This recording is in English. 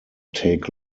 take